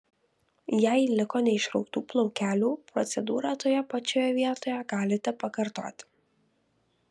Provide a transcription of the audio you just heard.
jei liko neišrautų plaukelių procedūrą toje pačioje vietoje galite pakartoti